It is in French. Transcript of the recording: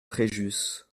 fréjus